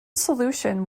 solution